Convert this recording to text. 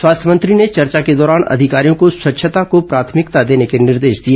स्वास्थ्य मंत्री ने चर्चा के दौरान अधिकारियों को स्वच्छता को प्राथमिकता देने के निर्देश दिए